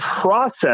process